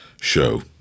Show